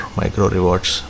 micro-rewards